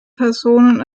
personen